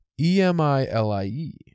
E-M-I-L-I-E